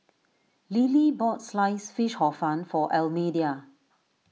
Lilie bought Sliced Fish Hor Fun for Almedia